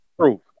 true